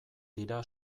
dira